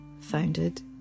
founded